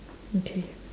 okay